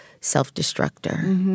self-destructor